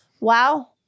Wow